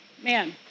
man